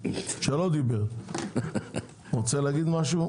= רוצה לומר משהו?